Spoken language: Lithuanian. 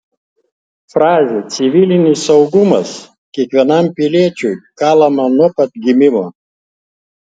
frazė civilinis saugumas kiekvienam piliečiui kalama nuo pat gimimo